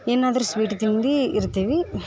ಏನಾದರೂ ಸ್ವೀಟ್ ತಿಂದು ಇರ್ತೀವಿ